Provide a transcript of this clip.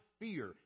fear